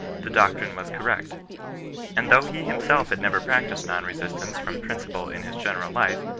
the doctrine was correct and though he himself had never practised non-resistance from principle in his general life,